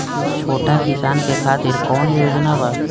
छोटा किसान के खातिर कवन योजना बा?